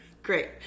great